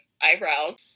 eyebrows